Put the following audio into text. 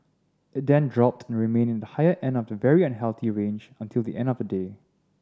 it then dropped and remained in the higher end of the very unhealthy range until the end of the day